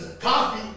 Coffee